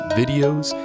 videos